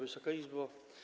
Wysoka Izbo!